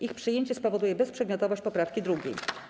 Ich przyjęcie spowoduje bezprzedmiotowość poprawki 2.